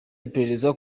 iperereza